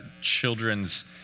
children's